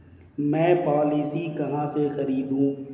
मैं पॉलिसी कहाँ से खरीदूं?